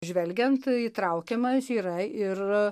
žvelgiant įtraukiamas yra ir